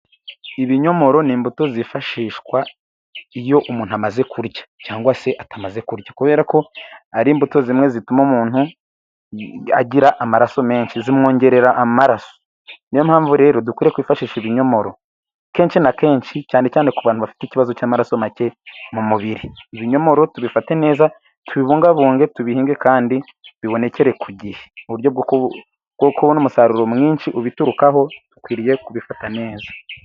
Ibinyomoro ni imbuto zifashishwa iyo umuntu amaze kurya, cyangwa se atamaze kurya, kubera ko ari imbuto zimwe zituma umuntu agira amaraso menshi, zimwongerera amaraso niyo mpamvu rero dukwiye kwifashisha ibinyomoro kenshi na kenshi, cyane cyane ku bantu bafite ikibazo cy'amaraso make mu mubiri , ibinyomoro tubifate neza tubibungabunge, tubihinge kandi bibonekere ku gihe, mu buryo kubona umusaruro mwinshi ubiturukaho dukwiriye kubifata neza.